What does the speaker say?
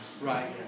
Right